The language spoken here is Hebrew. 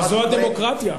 זאת הדמוקרטיה.